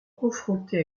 confronter